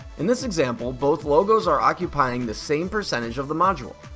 in this example both logos are occupying the same percentage of the module.